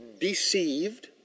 deceived